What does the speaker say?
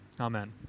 Amen